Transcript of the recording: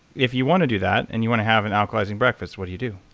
if you want to do that and you want to have an alkalizing breakfast what do you do?